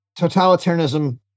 totalitarianism